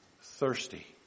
thirsty